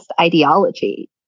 ideology